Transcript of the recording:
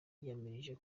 yiyamirije